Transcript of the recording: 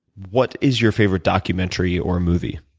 what is your favorite documentary or movie?